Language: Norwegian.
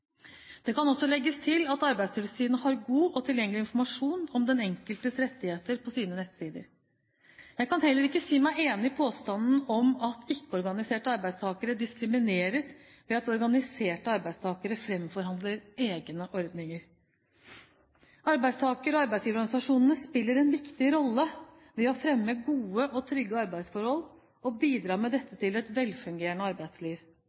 Det kan også legges til at Arbeidstilsynet har god og tilgjengelig informasjon om den enkeltes rettigheter på sine nettsider. Jeg kan heller ikke si meg enig i påstanden om at ikke-organiserte arbeidstakere diskrimineres ved at organiserte arbeidstakere framforhandler egne ordninger. Arbeidstaker- og arbeidsgiverorganisasjonene spiller en viktig rolle ved å fremme gode og trygge arbeidsforhold, og bidrar med dette til et velfungerende arbeidsliv.